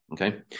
Okay